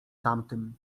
tamtym